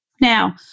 Now